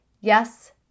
yes